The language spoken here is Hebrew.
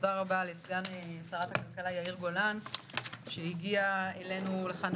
תודה רבה לסגן שרת הכלכלה יאיר גולן שהגיע אלינו לכאן.